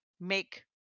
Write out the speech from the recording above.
make